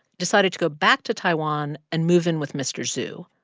decided to go back to taiwan and move in with mr. zhu,